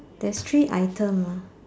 there's three item lah